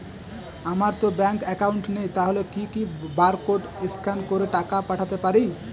আমারতো bank account নেই তাহলে কি কি বারকোড স্ক্যান করে টাকা পাঠাতে পারি?